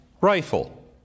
rifle